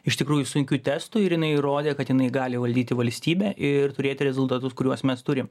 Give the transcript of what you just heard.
iš tikrųjų sunkių testų ir jinai įrodė kad jinai gali valdyti valstybę ir turėti rezultatus kuriuos mes turim